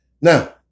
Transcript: Now